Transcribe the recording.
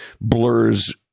blurs